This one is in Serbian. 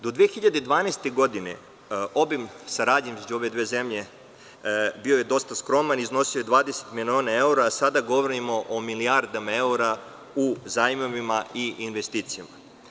Do 2012. godine obim saradnje između ove dve zemlje bio je dosta skroman i iznosio je 20 miliona evra, a sada govorimo o milijardama evra u zajmovima i investicijama.